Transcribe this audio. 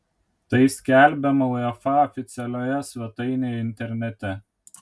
tai skelbiama uefa oficialioje svetainėje internete